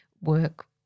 work